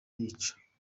yica